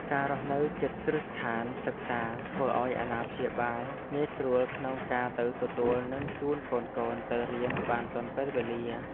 ការរស់នៅជិតគ្រឹះស្ថានសិក្សាធ្វើឱ្យអាណាព្យាបាលងាយស្រួលក្នុងការទៅទទួលនិងជូនកូនៗទៅរៀនបានទាន់ពេលវេលា។